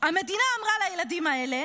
המדינה אמרה לילדים האלה: